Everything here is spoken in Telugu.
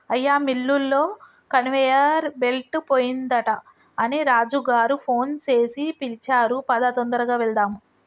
అయ్యా మిల్లులో కన్వేయర్ బెల్ట్ పోయిందట అని రాజు గారు ఫోన్ సేసి పిలిచారు పదా తొందరగా వెళ్దాము